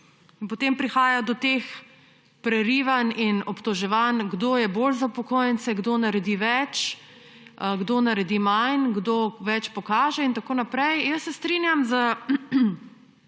potem prihaja do teh prerivanj in obtoževanj, kdo je bolj za upokojence, kdo naredi več, kdo naredi manj, kdo več pokaže. Jaz se strinjam s